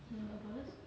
இவங்க:ivanga